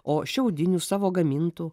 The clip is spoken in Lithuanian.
o šiaudinių savo gamintų